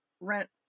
rent